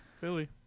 Philly